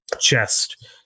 chest